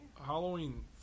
Halloween